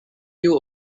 hill